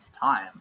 time